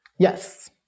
Yes